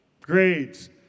Grades